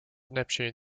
neptune